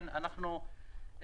אנחנו רוצים לברך